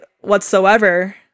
whatsoever